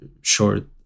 short